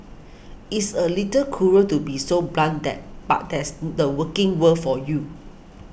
it's a little cruel to be so blunt that but that's the working world for you